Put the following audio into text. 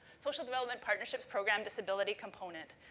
social development partnerships program, disability component.